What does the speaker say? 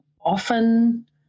often